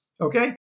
Okay